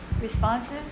Responses